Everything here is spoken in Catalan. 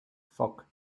foc